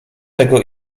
tego